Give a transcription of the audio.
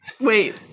Wait